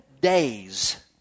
days